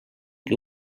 que